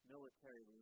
military